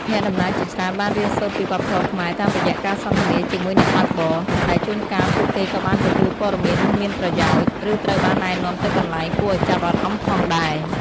អ្នកដំណើរជាច្រើនបានរៀនសូត្រពី វប្បធម៌ខ្មែរ តាមរយៈការសន្ទនាជាមួយអ្នកបើកបរ ដែលជួនកាលពួកគេក៏បានទទួលព័ត៌មានមានប្រយោជន៍ ឬត្រូវបាននាំទៅកន្លែងគួរឱ្យចាប់អារម្មណ៍ផងដែរ។